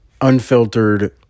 unfiltered